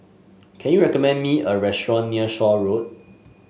can you recommend me a restaurant near Shaw Road